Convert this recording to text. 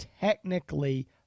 technically